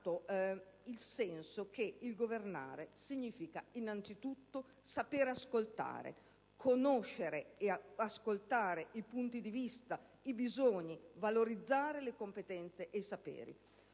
il senso che il governare significa innanzitutto saper ascoltare, conoscere e ascoltare i punti di vista e i bisogni, valorizzare le competenze e saperi.